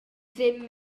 ddim